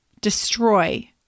destroy